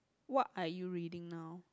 what are you reading now